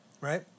right